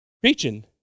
preaching